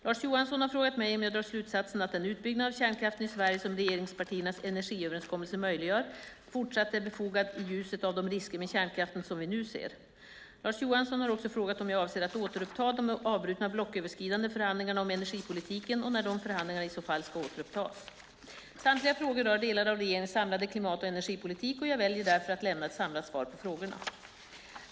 Lars Johansson har frågat mig om jag drar slutsatsen att den utbyggnad av kärnkraften i Sverige som regeringspartiernas energiöverenskommelse möjliggör fortsatt är befogad i ljuset av de risker med kärnkraften som vi nu ser. Lars Johansson har också frågat om jag avser att återuppta de avbrutna blocköverskridande förhandlingarna om energipolitiken och när de förhandlingarna i så fall kan återupptas. Samtliga frågor rör delar av regeringens samlade klimat och energipolitik, och jag väljer därför att lämna ett samlat svar på frågorna.